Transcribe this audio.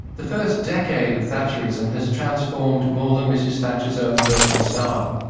the first decade of thatcherism has transformed more than mrs thatcher's own personal style.